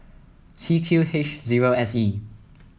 C Q H zero S E